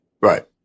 Right